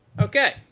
Okay